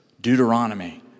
Deuteronomy